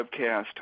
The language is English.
webcast